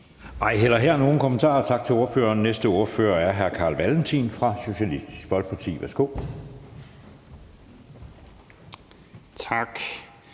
Ej heller her er der nogen kommentarer. Tak til ordføreren. Næste ordfører er hr. Carl Valentin fra Socialistisk Folkeparti. Værsgo. Kl.